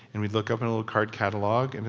and we'd look up an old card catalog, and